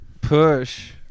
push